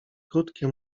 krótkie